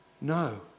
No